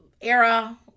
era